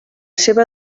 seva